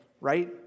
right